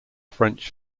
french